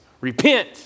Repent